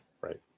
Right